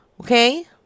Okay